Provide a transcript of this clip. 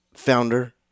founder